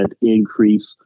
increase